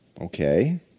Okay